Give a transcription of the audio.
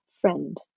friend